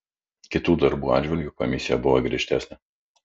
kitų darbų atžvilgiu komisija buvo griežtesnė